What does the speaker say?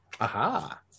Aha